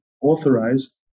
authorized